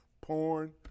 porn